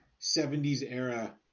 70s-era